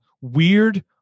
weird